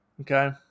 Okay